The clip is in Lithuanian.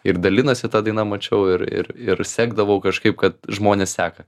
ir dalinasi ta daina mačiau ir ir ir sekdavau kažkaip kad žmonės seka